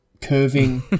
curving